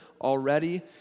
already